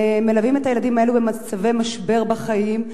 הם מלווים את הילדים האלה במצבי משבר בחיים,